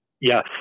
Yes